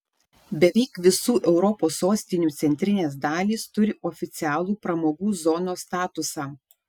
beveik visų europos sostinių centrinės dalys turi oficialų pramogų zonos statusą